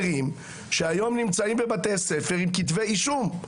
שהיום נמצאים בבתי ספר, עם כתבי אישום,